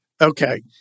Okay